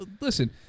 Listen